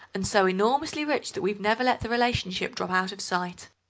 and so enormously rich that we've never let the relationship drop out of sight.